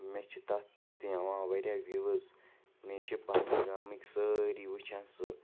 مےٚ چھُ تَتھ پٮ۪ٹھ تہِ یِوان واریاہ وِوٕز مےٚ چھِ پَنٕنۍ گامٕکۍ سٲری وچھان سُہ